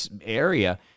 area